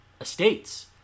estates